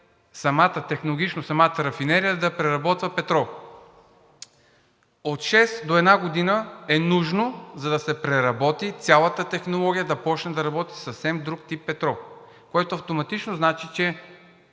направи технологично самата рафинерия да преработва петрол. От шест месеца до една година е нужно, за да се преработи цялата технология и да почне да работи със съвсем друг тип петрол, което автоматично значи, че